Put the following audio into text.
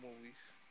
movies